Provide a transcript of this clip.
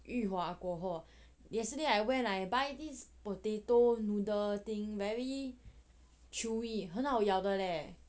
哦裕华国货 yesterday I buy this potato noodle thing very chewy 很好咬的 leh